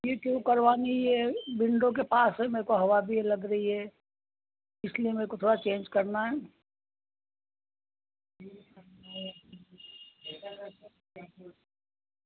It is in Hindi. यह क्यों करवानी है विंडो के पास है मेरेको हवा भी लग रही है इसलिए मेरे को थोड़ा चेंज करना है